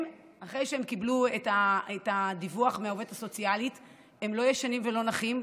אחרי שהם קיבלו את הדיווח מהעובדת הסוציאלית הם לא ישנים ולא נחים,